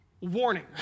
Warning